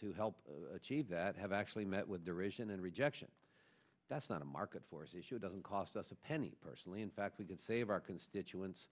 to help achieve that have actually met with derision and rejection that's not a market forces show doesn't cost us a penny personally in fact we could save our constituents